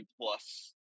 plus